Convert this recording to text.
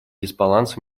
дисбаланс